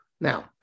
Now